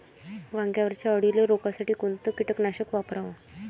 वांग्यावरच्या अळीले रोकासाठी कोनतं कीटकनाशक वापराव?